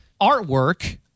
artwork